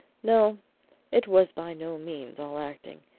no it was by no means all acting.